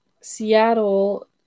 Seattle